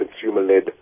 consumer-led